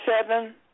Seven